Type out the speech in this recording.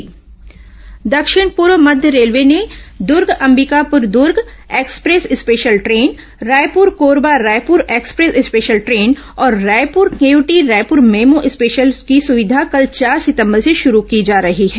train संचालन दक्षिण पूर्व मध्य रेलवे ने Durg Ambikapur Durg express special train Raipur Korba Raipur express special train और रायपुर केंवटी रायपुर मेम स्पेशल की सुविधा कल चार सितंबर से शुरू की जा रही है